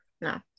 no